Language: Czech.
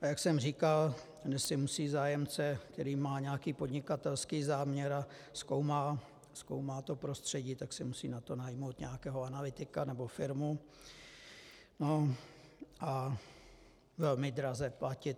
A jak jsem říkal, dnes si musí zájemce, který má nějaký podnikatelský záměr a zkoumá to prostředí, musí si na to najmout nějakého analytika nebo firmu a velmi draze platit.